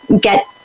get